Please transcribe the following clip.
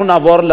אנחנו נעבור,